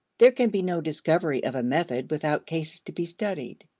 there can be no discovery of a method without cases to be studied.